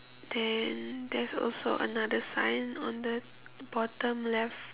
then there's also another sign on the bottom left